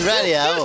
Radio